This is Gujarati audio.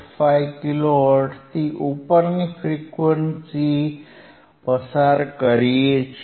5 કિલો હર્ટ્ઝથી ઉપરની ફ્રીક્વન્સી પસાર કરી શકીએ છીએ